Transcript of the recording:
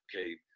okay